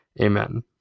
amen